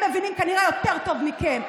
הם מבינים כנראה יותר טוב מכם.